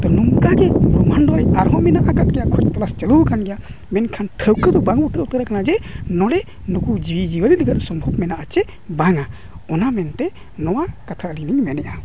ᱛᱳ ᱱᱚᱝᱠᱟᱜᱮ ᱵᱨᱚᱦᱟᱱᱰ ᱨᱮ ᱟᱨᱦᱚᱸ ᱢᱮᱱᱟᱜ ᱟᱠᱟᱫ ᱜᱮᱭᱟ ᱪᱟᱹᱞᱩ ᱟᱠᱟᱱ ᱜᱮᱭᱟ ᱢᱮᱱᱠᱷᱟᱱ ᱴᱷᱟᱶᱠᱟᱹ ᱫᱚ ᱵᱟᱝ ᱴᱷᱟᱹᱶᱠᱟᱹ ᱠᱟᱱᱟ ᱡᱮ ᱱᱚᱰᱮ ᱱᱩᱠᱩ ᱡᱤᱣᱤ ᱡᱤᱭᱟᱹᱞᱤ ᱞᱟᱹᱜᱤᱫ ᱥᱚᱢᱵᱷᱚᱵ ᱢᱮᱱᱟᱜᱼᱟ ᱪᱮ ᱵᱟᱝᱼᱟ ᱚᱱᱟ ᱢᱮᱱᱛᱮ ᱱᱚᱣᱟ ᱠᱟᱛᱷᱟ ᱜᱮᱞᱤᱧ ᱢᱮᱱᱮᱫᱼᱟ